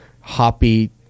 hoppy